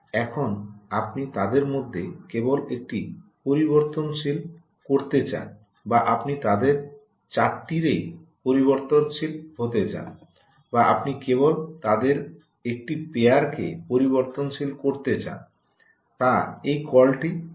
এখন আপনি তাদের মধ্যে কেবল একটি পরিবর্তনশীল করতে চান বা আপনি তাদের 4 টিরই পরিবর্তনশীল হতে চান বা আপনি কেবল তাদের একটি পেয়ার কে পরিবর্তনশীল করতে চান তা এই কলটি আপনাকেই নিতে হবে